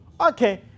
Okay